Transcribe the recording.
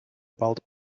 about